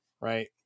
Right